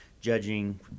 judging